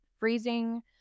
Freezing